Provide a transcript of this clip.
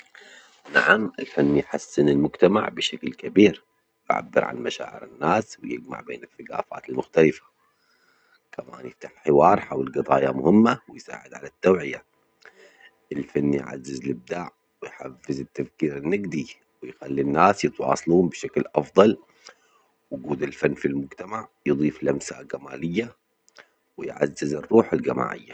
نعم، الفن يحسن المجتمع بشكل كبير، يعبر عن مشاعر الناس ويجمع بين الثجافات المختلفة، كمان يفتح حوار حول جضايا مهمة ويساعد على التوعية، الفن يعزز الإبداع ويحفز التفكير النقدي ويخلي الناس يتواصلون بشكل أفضل، وجود الفن في المجتمع يضيف لمسة جمالية و يعزز الروح الجماعية.